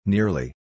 Nearly